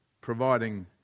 providing